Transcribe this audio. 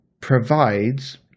provides